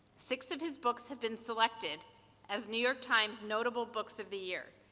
six of his books have been selected as new york times notable books of the year.